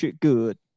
good